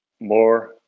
more